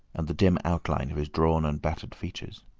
and the dim outline of his drawn and battered features.